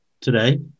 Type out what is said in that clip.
today